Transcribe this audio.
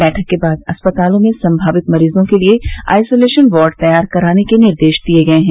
बैठक के बाद अस्पतालों में संभावित मरीजों के लिये आइसोलेशन वार्ड तैयार कराने के निर्देश दिये गये हैं